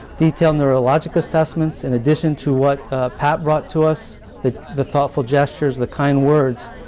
detailed neurologic assessments in addition to what pat brought to us, the the thoughtful gestures, the kind words,